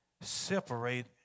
separate